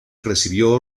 recibió